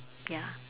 ya